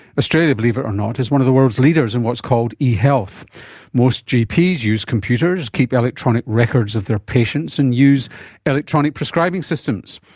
australia, believe it or not, is one of the world's leaders in what's called e-health. most gps use computers, keep electronic records of their patients and use electronic prescribing systems.